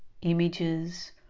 images